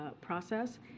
process